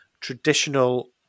traditional